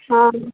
हँ